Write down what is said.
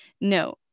no